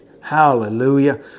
Hallelujah